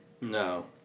No